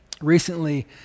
Recently